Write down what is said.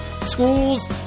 School's